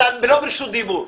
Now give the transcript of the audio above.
אתה לא ברשות דיבור.